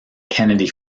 kennedy